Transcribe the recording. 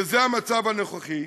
וזה המצב הנוכחי,